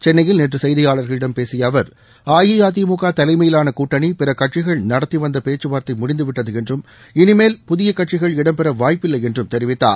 சென்னையில் நேற்று செய்தியாளர்களிடம் பேசிய அவர் அஇஅதிமுக தலைமையிலாள கூட்டணி பிற கட்சிகள் நடத்திவந்த பேச்சுவார்த்தை முடிந்துவிட்டது என்றும் இனிமேல் புதிய கட்சிகள் இடம்பெற வாய்ப்பில்லை என்றும் தெரிவித்தார்